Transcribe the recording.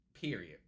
Period